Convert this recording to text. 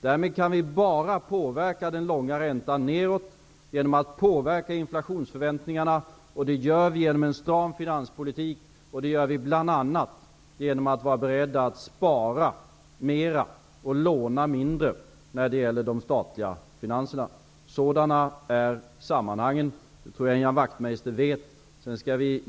Därmed kan vi bara påverka den långa räntan nedåt genom att påverka inflationsförväntningarna, och det gör vi genom en stram finanspolitik -- bl.a. genom att vara beredda att spara mera och låna mindre när det gäller de statliga finanserna. Sådana är sammanhangen, vilket nog Ian Wachtmeister är medveten om.